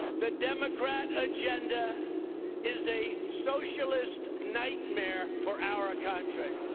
the democrat agenda is a socialist nightmare for our country.